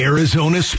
Arizona